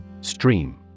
Stream